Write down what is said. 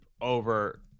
over